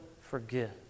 forgive